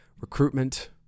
Recruitment